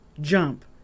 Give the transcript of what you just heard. jump